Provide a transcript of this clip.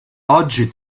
oggi